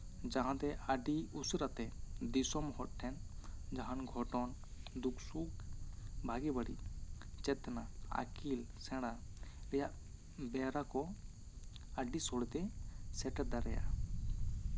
ᱡᱟᱦᱟᱸ ᱛᱮ ᱟᱹᱰᱤ ᱩᱥᱟᱹᱨᱟ ᱛᱮ ᱫᱤᱥᱚᱢ ᱦᱚᱲ ᱴᱷᱮᱱ ᱡᱟᱦᱟᱱ ᱜᱷᱚᱴᱚᱱ ᱫᱩᱠ ᱥᱩᱠᱷ ᱵᱷᱟᱜᱮ ᱵᱟᱹᱲᱤᱡ ᱪᱮᱛᱱᱟ ᱟᱹᱠᱤᱞ ᱥᱮᱲᱟ ᱨᱮᱭᱟᱜ ᱵᱮᱣᱨᱟ ᱠᱚ ᱟᱹᱰᱤ ᱥᱳᱲᱛᱮ ᱥᱮᱴᱮᱨ ᱫᱟᱲᱮᱭᱟᱜᱼᱟ